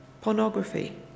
pornography